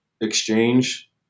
exchange